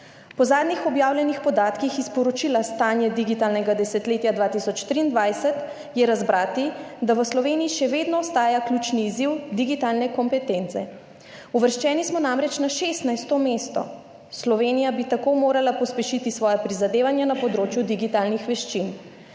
Po zadnjih objavljenih podatkih iz Poročila o stanju digitalnega desetletja 2023 je razbrati, da v Sloveniji še vedno ostajajo ključni izziv digitalne kompetence. Uvrščeni smo namreč na 16. mesto. Slovenija bi tako morala pospešiti svoja prizadevanja na področju digitalnih veščin.